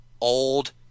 old